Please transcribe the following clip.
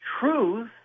truth